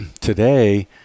today